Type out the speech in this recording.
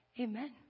Amen